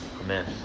Amen